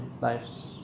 lives